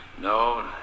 No